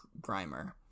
Grimer